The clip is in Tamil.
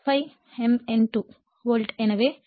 44 f ∅ m N2 வோல்ட்